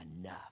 enough